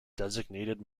designated